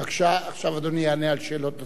בבקשה, עכשיו אדוני יענה על שאלות נוספות.